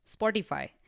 Spotify